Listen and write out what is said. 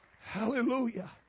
Hallelujah